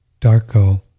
Darko